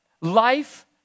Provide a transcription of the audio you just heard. Life